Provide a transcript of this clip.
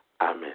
Amen